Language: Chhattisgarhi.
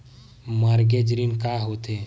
मॉर्गेज ऋण का होथे?